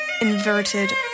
inverted